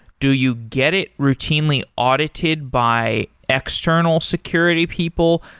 do you get it routinely audited by external security people?